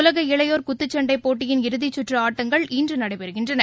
உலக இளையோா் குத்துச்சண்டைபோட்டியின் இறுதிச்சுற்றுஆட்டங்கள் இன்றுநடைபெறுகின்றன